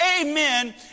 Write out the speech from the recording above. amen